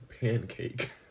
pancake